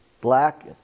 Black